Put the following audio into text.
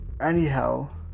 Anyhow